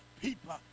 people